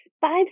five